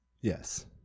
Yes